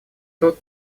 тот